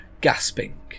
gasping